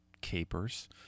capers